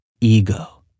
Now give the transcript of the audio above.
ego